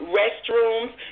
restrooms